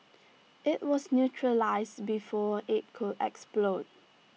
IT was neutralise before IT could explode